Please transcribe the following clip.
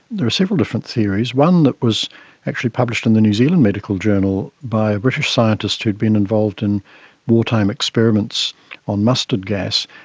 there are several different theories. one that was actually published in the new zealand medical journal by a british scientist who'd been involved in wartime experiments on mustard gas,